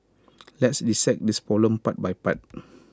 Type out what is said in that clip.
let's dissect this problem part by part